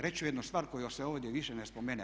Reći ću jednu stvar koja se ovdje više ne spomene.